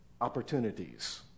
opportunities